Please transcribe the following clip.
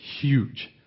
huge